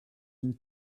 aen